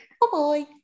Bye-bye